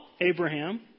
Abraham